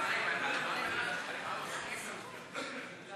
ביטוח לתלמיד על-יסודי),